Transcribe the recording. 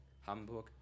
Hamburg